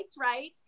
right